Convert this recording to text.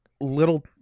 Little